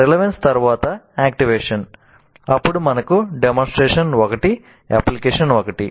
relevance తరువాత activation అప్పుడు మనకు డెమోన్స్ట్రేషన్ 1 అప్లికేషన్ 1